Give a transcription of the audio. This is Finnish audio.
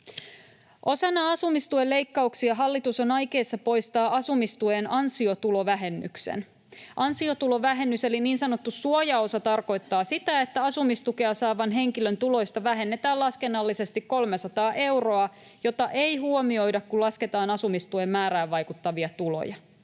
Osana asumistuen leikkauksia hallitus on aikeissa poistaa asumistuen ansiotulovähennyksen. Ansiotulovähennys, eli niin sanottu suojaosa, tarkoittaa sitä, että asumistukea saavan henkilön tuloista vähennetään laskennallisesti 300 euroa, jota ei huomioida, kun lasketaan asumistuen määrään vaikuttavia tuloja.